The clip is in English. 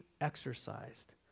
exercised